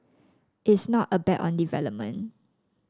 it's not a bet on development